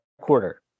quarter